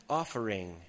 offering